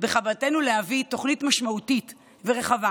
בכוונתנו להביא תוכנית משמעותית ורחבה